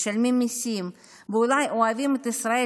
משלמים מיסים ואולי אוהבים את ישראל